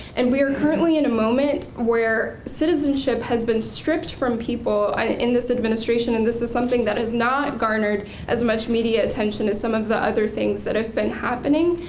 and we are currently in a moment where citizenship has been stripped from people in this administration and this is something that is not garnered as much media attention as some of the other things that have been happening,